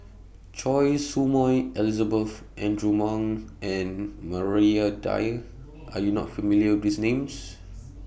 Choy Su Moi Elizabeth Andrew Ang and Maria Dyer Are YOU not familiar with These Names